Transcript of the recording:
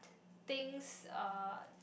things uh